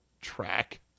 track